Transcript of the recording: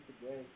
today